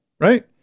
right